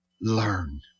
learn